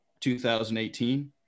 2018